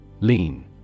Lean